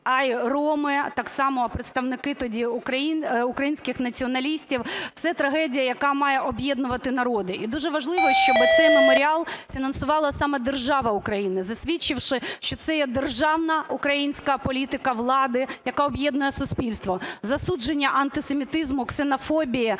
а й роми – так само представники тоді українських націоналістів. Це трагедія, яка має об'єднувати народи. І дуже важливо, щоб цей меморіал фінансувала саме держава Україна, засвідчивши, що це є державна українська політика влади, яка об'єднує суспільство в засудженні антисемітизму, ксенофобії,